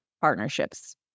partnerships